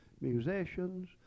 musicians